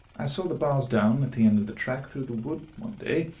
i saw the bars down, at the end of the track through the wood, one day.